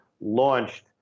launched